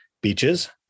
Beaches